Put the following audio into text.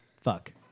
fuck